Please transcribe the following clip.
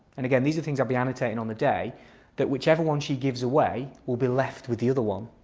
and again these are things i'd be annotating on the day that whichever one she gives away we'll be left with the other one.